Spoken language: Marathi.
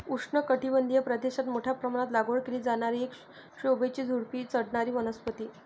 उष्णकटिबंधीय प्रदेशात मोठ्या प्रमाणात लागवड केली जाणारी एक शोभेची झुडुपी चढणारी वनस्पती